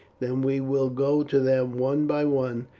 then we will go to them one by one,